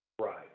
Right